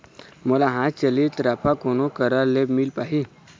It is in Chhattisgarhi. मोला हाथ चलित राफा कोन करा ले मिल पाही?